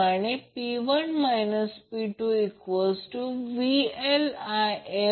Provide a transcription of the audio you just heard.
म्हणून K2 A मध्ये P2 j Q 2 60 j 45 असेल